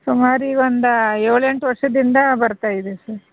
ಸುಮಾರು ಈ ಒಂದು ಏಳೆಂಟು ವರ್ಷದಿಂದ ಬರುತ್ತಾ ಇದೆ ಸರ್